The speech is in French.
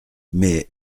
mais